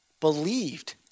believed